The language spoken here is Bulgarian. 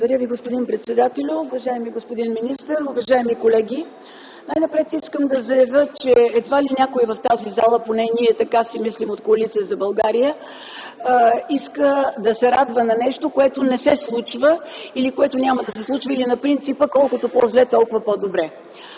Благодаря Ви, господин председател. Уважаеми господин министър, уважаеми колеги! Най-напред искам да заявя, че едва ли някой в тази зала, поне ние от Коалиция за България мислим така, иска да се радва на нещо, което не се случва, или което няма да се случва, или на принципа „Колкото по-зле, толкова по-добре.”